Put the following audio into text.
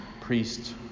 priest